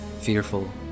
fearful